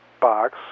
box